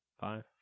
five